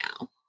now